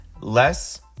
less